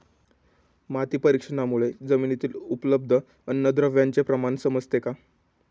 माती परीक्षणामुळे जमिनीतील उपलब्ध अन्नद्रव्यांचे प्रमाण समजते का?